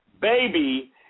Baby